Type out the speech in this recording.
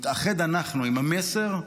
נתאחד אנחנו עם המסר,